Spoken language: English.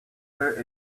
her